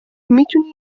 میتونی